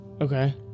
Okay